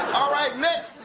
all right. next,